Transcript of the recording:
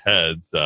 Heads